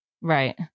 Right